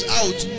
out